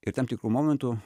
ir tam tikru momentu